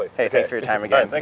hey thanks for your time again, like